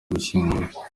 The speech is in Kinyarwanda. gushyingura